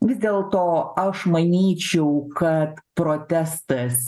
vis dėlto aš manyčiau kad protestas